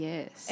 Yes